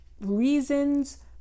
reasons